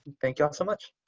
thank you all so much.